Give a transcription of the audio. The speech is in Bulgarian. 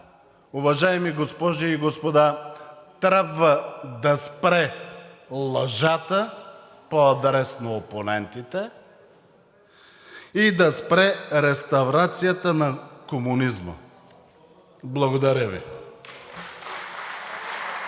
уважаеми госпожи и господа, трябва да спре лъжата по адрес на опонентите и да спре реставрацията на комунизма. Благодаря Ви.